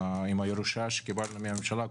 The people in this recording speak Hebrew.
עם הירושה שקיבלנו מן הממשלה הקודמת,